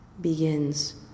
begins